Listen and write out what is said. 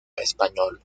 español